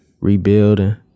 rebuilding